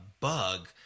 bug